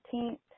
18th